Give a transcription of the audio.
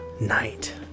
Night